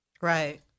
Right